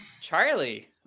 Charlie